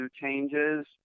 changes